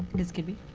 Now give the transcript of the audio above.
ms. kidby?